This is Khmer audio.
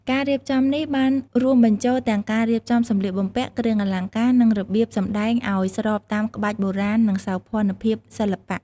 ការរៀបចំនេះបានរួមបញ្ចូលទាំងការរៀបចំសម្លៀកបំពាក់ គ្រឿងអលង្ការ និងរបៀបសម្តែងឱ្យស្របតាមក្បាច់បុរាណ និងសោភ័ណភាពសិល្បៈ។